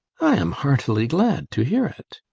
i am heartily glad to hear it.